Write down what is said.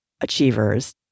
achievers